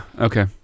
Okay